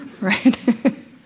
Right